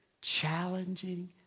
challenging